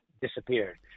disappeared